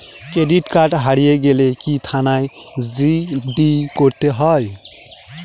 Credit card হারিয়ে গেলে কি থানায় জি.ডি করতে হয়?